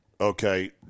okay